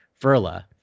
Verla